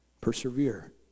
Persevere